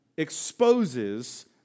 exposes